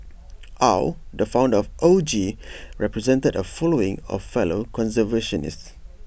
aw the founder of O G represented A following of fellow conservationists